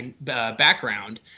background